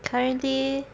currently